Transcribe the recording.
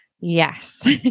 Yes